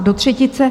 Do třetice.